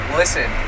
listen